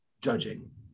judging